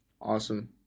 Awesome